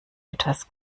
etwas